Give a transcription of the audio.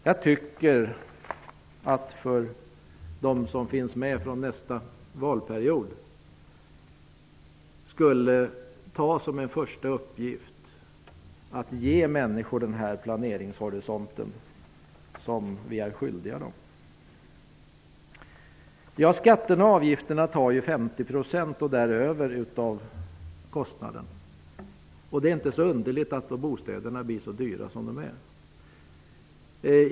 Jag tycker att de som finns med vid nästa valperiod skulle ta som en första uppgift att ge människor den planeringshorisont som vi är skyldiga dem. Skatter och avgifter utgör 50 % och däröver av kostnaden. Det är inte underligt att bostäder blir så dyra som de är.